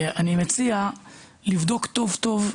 אני מציע לבדוק טוב-טוב,